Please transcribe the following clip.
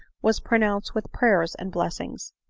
was pronounced with prayers and blessings.